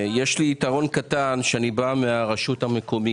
יש לי יתרון קטן: שאני בא מהרשות המקומית.